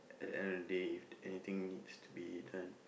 at the end of the day if anything needs to be done